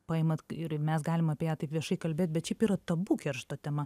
paimat ir mes galim apie ją taip viešai kalbėt bet šiaip yra tabu keršto tema